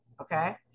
Okay